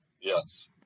Yes